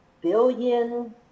billion